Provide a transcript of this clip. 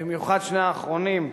במיוחד שני האחרונים,